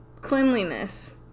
cleanliness